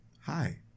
Hi